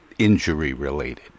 Injury-related